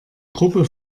gruppe